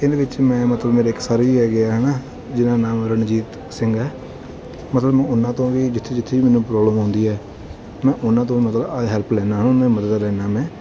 ਇਹਦੇ ਵਿੱਚ ਮੈਂ ਮਤਲਬ ਮੇਰੇ ਇਕ ਸਰ ਵੀ ਹੈਗੇ ਹੈ ਹੈ ਨਾ ਜਿਹਨਾਂ ਦਾ ਨਾਮ ਰਣਜੀਤ ਸਿੰਘ ਹੈ ਮਤਲਬ ਉਹਨਾਂ ਤੋਂ ਵੀ ਜਿੱਥੇ ਜਿੱਥੇ ਵੀ ਮੈਨੂੰ ਪ੍ਰੋਬਲਮ ਆਉਂਦੀ ਹੈ ਮੈਂ ਉਹਨਾਂ ਤੋਂ ਵੀ ਮਤਲਬ ਆਹ ਹੈਲਪ ਲੈਂਦਾ ਉਹਨਾਂ ਨੂੰ ਮੈਂ ਮਿਲਦਾ ਰਹਿੰਦਾ ਮੈਂ